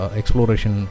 exploration